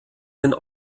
den